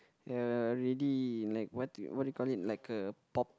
ya really like what what do you call it like a pop